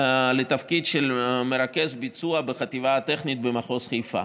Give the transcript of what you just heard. לתפקיד של מרכז ביצוע בחטיבה הטכנית במחוז חיפה.